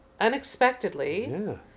unexpectedly